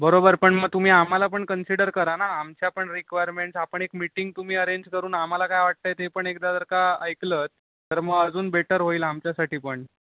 बरोबर पण मग तुम्ही आम्हाला पण कन्सिडर करा ना आमच्या पण रिक्वायरमनेट्स आपण एक मिटिंग तुम्ही अरेंज करून आम्हाला काय वाटत आहे ते पण एकदा जर का ऐकलंत तर मग अजून बेटर होईल आमच्यासाठी पण